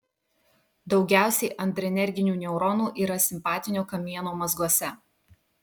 daugiausiai adrenerginių neuronų yra simpatinio kamieno mazguose